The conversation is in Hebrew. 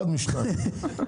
אחד משני הגורמים.